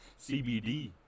CBD